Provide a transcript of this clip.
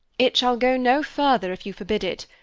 it shall go no further, if you forbid it.